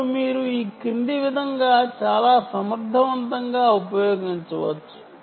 ఇప్పుడు మీరు ఈ క్రింది విధంగా దీనిని చాలా సమర్థవంతంగా ఉపయోగించవచ్చు